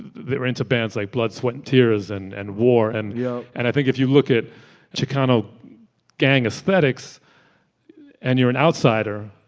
they were into bands like blood, sweat and tears and and war. and yeah and i think if you look at chicano gang aesthetics and you're an outsider,